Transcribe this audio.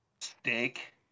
steak